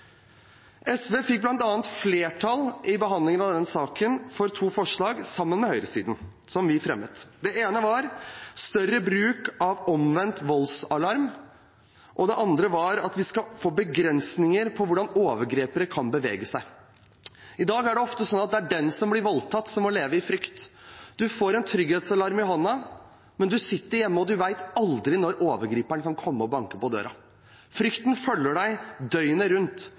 SV flertall for bl.a. to forslag – sammen med høyresiden – som vi fremmet. Det ene gjaldt økt bruk av omvendt voldsalarm, og det andre var at vi skal legge begrensninger på hvor overgripere kan bevege seg. I dag er det ofte sånn at det er den som blir voldtatt, som må leve i frykt. Du får en trygghetsalarm i hånden, men du sitter hjemme og vet aldri når overgriperen kan komme og banke på døra. Frykten følger deg døgnet rundt.